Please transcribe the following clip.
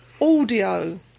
audio